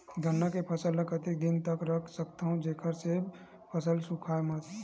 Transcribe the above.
गन्ना के फसल ल कतेक दिन तक रख सकथव जेखर से फसल सूखाय मत?